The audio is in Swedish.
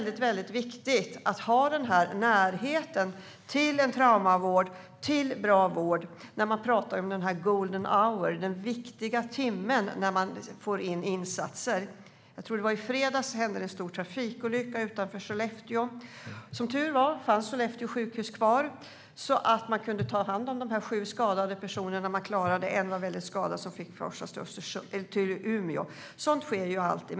Det är viktigt att ha denna närhet till en traumavård och bra vård när man talar om denna golden hour, den viktiga timmen då man får in insatser. Jag tror att det var i fredags som en stor trafikolycka inträffade utanför Sollefteå. Som tur var fanns Sollefteå sjukhus kvar så att man kunde ta hand om de sju skadade personerna. Man klarade dem. En person var svårt skadad och fick föras till Umeå. Sådant sker alltid.